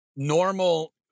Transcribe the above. normal